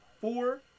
Four